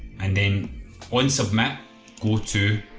and then once up map go to